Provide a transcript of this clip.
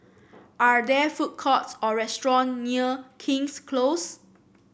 are there food courts or restaurant near King's Close